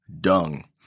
dung